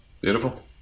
Beautiful